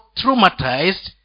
traumatized